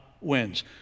wins